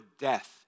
death